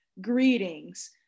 greetings